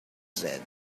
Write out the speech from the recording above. said